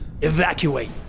Evacuate